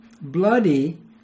bloody